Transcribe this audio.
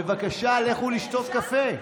בבקשה, לכו לשתות קפה,